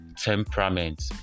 temperament